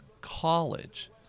college